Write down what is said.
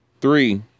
three